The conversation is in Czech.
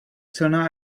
silná